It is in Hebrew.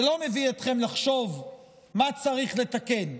זה לא מביא אתכם לחשוב מה צריך לתקן.